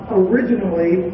originally